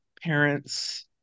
parents